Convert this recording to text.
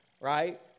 right